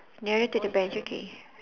nearer to the batch okay